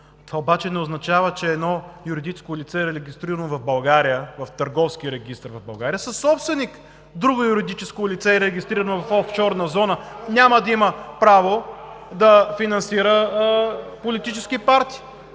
това обаче не означава, че едно юридическо лице, регистрирано в Търговския регистър в България, съсобственик на друго юридическо лице, регистрирано в офшорна зона няма да има право да финансира политически партии